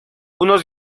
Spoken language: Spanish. unos